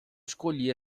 escolhi